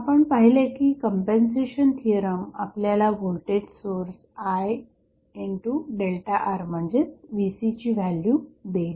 आपण पाहिले की कंपेंन्सेशन थिअरम आपल्याला व्होल्टेज सोर्स IΔR म्हणजेच Vc ची व्हॅल्यू देईल